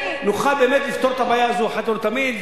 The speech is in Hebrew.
נוכל באמת לפתור את הבעיה הזאת אחת ולתמיד,